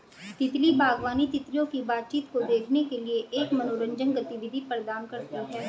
तितली बागवानी, तितलियों की बातचीत को देखने के लिए एक मनोरंजक गतिविधि प्रदान करती है